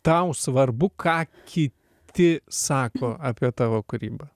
tau svarbu ką kiti sako apie tavo kūrybą